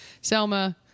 Selma